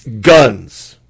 Guns